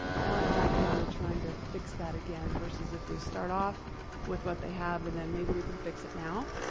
now i'm back down to trying to fix that again versus if we start off with what they have and then maybe we can fix it now,